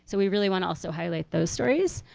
so we really wanna also highlight those stories.